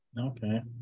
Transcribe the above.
Okay